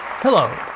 Hello